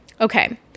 Okay